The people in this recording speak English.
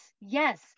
yes